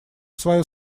свое